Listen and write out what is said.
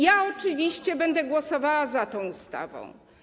Ja oczywiście będę głosowała za tą ustawą.